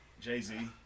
Jay-Z